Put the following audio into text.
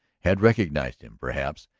had recognized him, perhaps,